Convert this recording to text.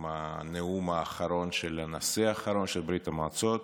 עם הנאום האחרון של הנשיא האחרון של ברית המועצות